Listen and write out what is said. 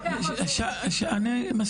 מה אני יכולה עוד להגיד?